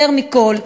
יותר מכול,